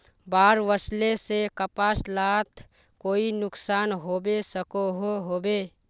बाढ़ वस्ले से कपास लात कोई नुकसान होबे सकोहो होबे?